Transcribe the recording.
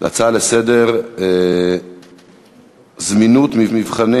להצעות לסדר-היום בנושא: זמינות מבחני